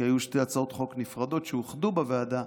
כי היו שתי הצעות חוק נפרדות שאוחדו בוועדה,